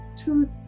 Two